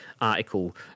article